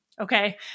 okay